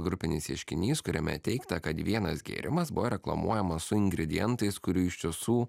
grupinis ieškinys kuriame teigta kad vienas gėrimas buvo reklamuojamas su ingredientais kurių iš tiesų